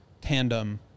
tandem